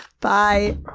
Bye